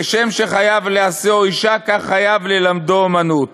כשם שחייב להשיאו אישה, כך חייב ללמדו אומנות.